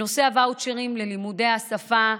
נושא הוואוצ'רים ללימודי שפה,